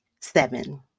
seven